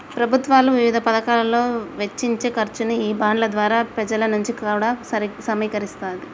ప్రభుత్వాలు వివిధ పతకాలలో వెచ్చించే ఖర్చుని ఈ బాండ్ల ద్వారా పెజల నుంచి కూడా సమీకరిస్తాది